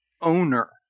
owner